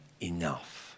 enough